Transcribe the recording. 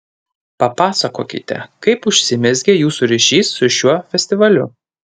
papasakokite kaip užsimezgė jūsų ryšys su šiuo festivaliu